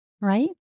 Right